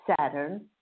Saturn